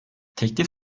teklif